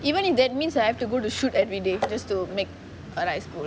even if they means I have to go to shoot everyday just to make a rice bowl